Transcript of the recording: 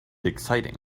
exciting